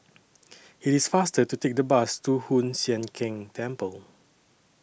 IT IS faster to Take The Bus to Hoon Sian Keng Temple